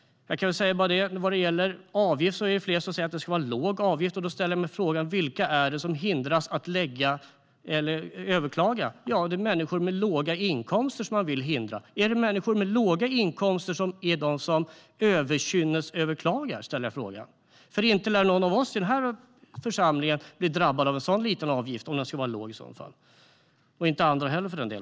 Det är flera som säger att det ska vara en låg avgift. Då ställer jag mig frågan: Vilka är det som hindras att överklaga? Jo, det är människor med låga inkomster som man vill hindra. Är det då människor med låga inkomster som okynnesöverklagar? Inte lär väl någon av oss i den här församlingen bli drabbade av en sådan avgift, om den skulle vara låg, och inte andra med högre inkomst heller för den delen.